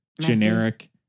generic